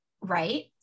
right